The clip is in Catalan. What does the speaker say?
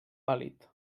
pàl·lid